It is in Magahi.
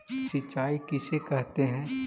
सिंचाई किसे कहते हैं?